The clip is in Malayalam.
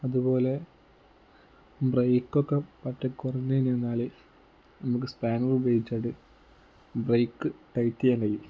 അതുപോലെ ബ്രേക്കൊക്കെ മറ്റേ കുറഞ്ഞു കഴിഞ്ഞാൽ നമുക്ക് സ്പാനർ ഉപയോഗിച്ചതിൽ ബ്രേക്ക് ടൈറ്റ് ചെയ്യാൻ കഴിയും